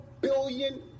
billion